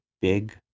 big